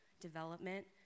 development